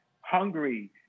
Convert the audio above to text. hungry